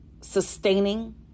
sustaining